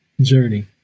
journey